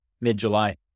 mid-July